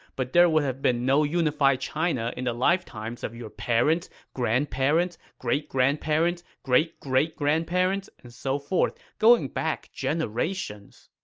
but there would have been no unified china in the lifetimes of your parents, grandparents, great grandparents, great great grandparents, and so forth, going back generations.